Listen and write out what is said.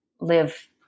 live